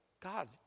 God